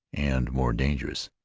and more dangerous.